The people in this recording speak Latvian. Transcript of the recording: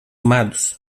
medus